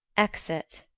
exit